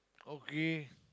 okay